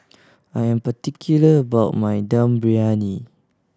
I am particular about my Dum Briyani